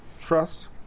Trust